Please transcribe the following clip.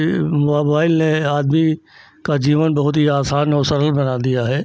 यह मोबाइल ने आदमी का जीवन बहुत ही आसान और सरल बना दिया है